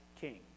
king